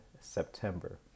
September